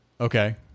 okay